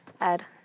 Ed